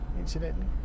incidentally